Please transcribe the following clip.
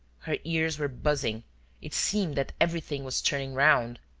her ears were buzzing it seemed that everything was turning round.